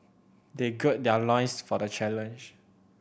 they gird their loins for the challenge